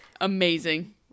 amazing